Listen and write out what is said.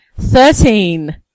Thirteen